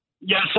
Yes